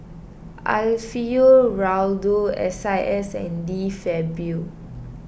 Alfio Raldo S I S and De Fabio